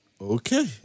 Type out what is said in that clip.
Okay